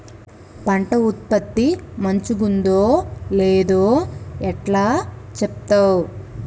పంట ఉత్పత్తి మంచిగుందో లేదో ఎట్లా చెప్తవ్?